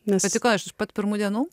patiko iš pat pirmų dienų